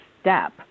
step